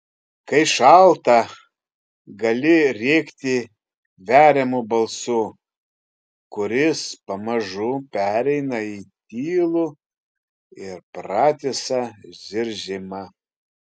kai šalta gali rėkti veriamu balsu kuris pamažu pereina į tylų ir pratisą zirzimą